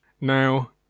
Now